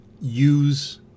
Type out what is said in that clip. use